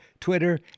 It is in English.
Twitter